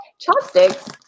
chopsticks